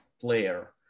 player